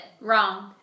Wrong